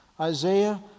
Isaiah